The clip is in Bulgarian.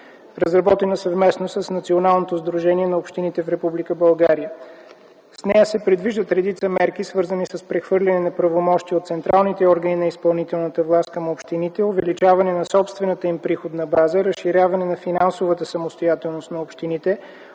разработена съвместно с Националното сдружение на общините в Република България. В нея се предвиждат редица мерки, свързани с прехвърляне на правомощия от централните органи на изпълнителната власт към общините, увеличаване на собствената им приходна база, разширяване на финансовата самостоятелност на общините,